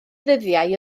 ddyddiau